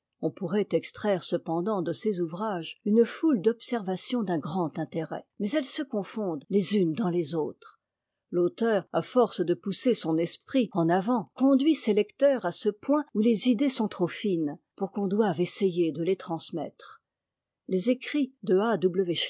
on pourrait extraire cependant de ces ouvrages une foule d'observations d'un grand intérêt mais elles se confondent les unes dans les autres l'auteur à force de pousser son esprit en avant conduit ses lecteurs à ce point où les idées sont trop unes pour qu'on doive essayer de tes transmettre les écrits de'a